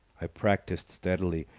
i practised steadily.